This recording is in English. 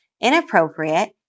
inappropriate